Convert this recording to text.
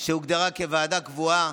שהוגדרה כוועדה קבועה,